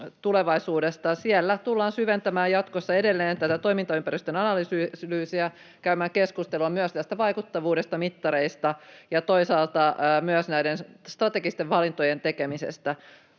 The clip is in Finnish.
Siellä tullaan syventämään jatkossa edelleen tätä toimintaympäristön analyysiä, käymään keskustelua myös tästä vaikuttavuudesta, mittareista ja toisaalta myös näiden strategisten valintojen tekemisestä.